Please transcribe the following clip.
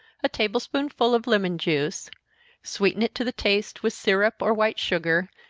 a table-spoonful of lemon-juice sweeten it to the taste with syrup or white sugar,